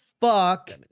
fuck